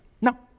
No